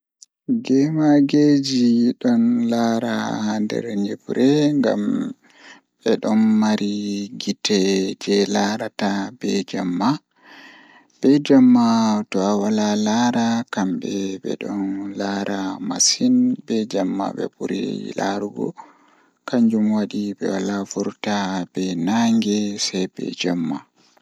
Asoda leedama bongel waawi wiiɗde kessol, foti naatude leydi ngal. Hokka kessol ngam jamɗude e hoore. Hokkira walla yaltira leydi ngal ngam nafaade. Naftu tuma waɗi, wiiɗi ngal ɗum e ko ɓe fiyaama. Jooɗi ɗum kadi e kanɗe, ɓurta ɗum. Jooni aɗa waawi goonga